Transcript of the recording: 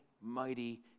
mighty